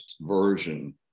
version